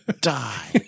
Die